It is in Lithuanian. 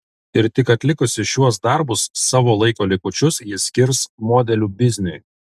ir tik atlikusi šiuos darbus savo laiko likučius ji skirs modelių bizniui